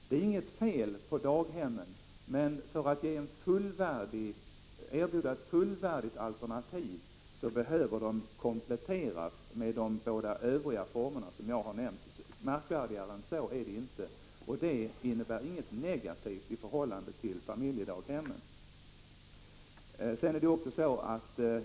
Det är inget fel på familjedaghemmen, men för att erbjuda ett fullvärdigt alternativ behöver de kompletteras med de båda övriga former som jag har nämnt. Märkvärdigare än så är det inte. Detta innebär inget negativt när det gäller familjedaghemmen.